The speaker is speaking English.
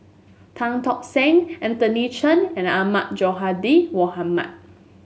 Tan Tock Seng Anthony Chen and Ahmad Sonhadji Mohamad